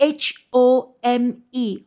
home